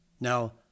Now